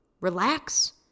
relax